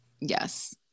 Yes